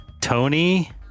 Tony